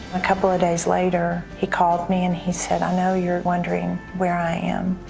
a couple of days later, he called me and he said, i know you're wondering where i am.